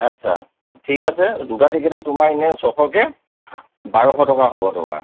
আচ্ছা ঠিক আছে দুটা টিকেটত তোমাৰ এনে ছশকৈ বাৰশ টকা হ'ব তোমাৰ